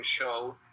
show